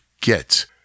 get